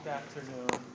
afternoon